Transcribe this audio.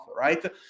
right